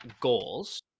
goals